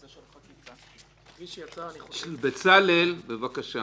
החשש שלי, ואני